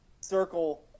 circle